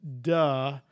duh